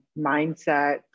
mindset